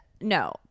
No